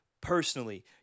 personally